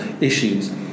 issues